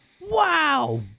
Wow